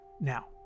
now